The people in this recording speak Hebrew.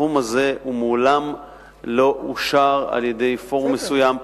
הסכום הזה מעולם לא אושר על-ידי פורום מסוים,